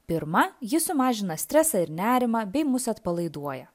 pirma ji sumažina stresą ir nerimą bei mus atpalaiduoja